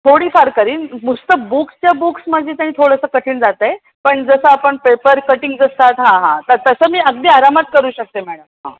थोडीफार करीन नुसतं बुक्सच्या बुक्स म्हणजे तरी थोडंसं कठीण जातं आहे पण जसं आपण पेपर कटिंग्ज असतात हां हां तर तसं मी अगदी आरामात करू शकते मॅडम हां